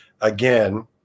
again